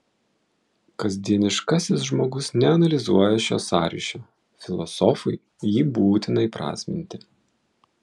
kasdieniškasis žmogus neanalizuoja šio sąryšio filosofui jį būtina įprasminti